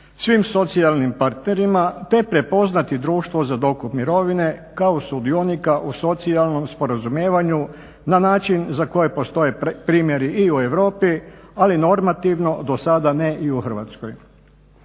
svim socijalnim partnerima te prepoznati društvo za dokup mirovine kao sudionika u socijalnom sporazumijevanju na način za koje postoje primjeri i u Europi ali normativno dosada ne i u Hrvatskoj.